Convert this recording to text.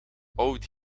audi